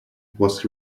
was